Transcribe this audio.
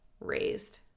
raised